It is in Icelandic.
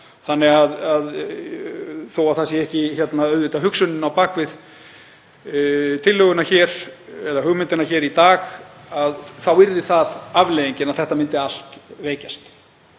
Þannig að þó að það sé ekki hugsunin á bak við tillöguna eða hugmyndina hér í dag þá yrði það afleiðingin að þetta myndi allt veikjast.